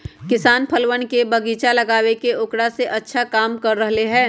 किसान फलवन के बगीचा लगाके औकरा से अच्छा कमा रहले है